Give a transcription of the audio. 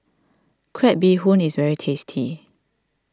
Crab Bee Hoon is very tasty